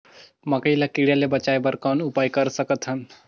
मकई ल कीड़ा ले बचाय बर कौन उपाय कर सकत हन?